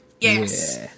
Yes